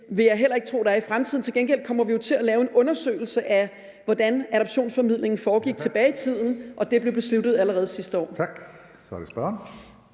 vil jeg heller ikke tro det er i fremtiden. Til gengæld kommer vi jo til at lave en undersøgelse af, hvordan adoptionsformidlingen foregik tilbage i tiden, og det blev besluttet allerede sidste år. Kl. 15:44 Tredje